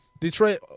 Detroit